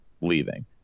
leaving